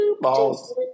Balls